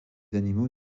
animaux